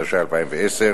התשע"א 2010,